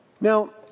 Now